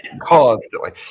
constantly